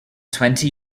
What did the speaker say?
twenty